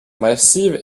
massives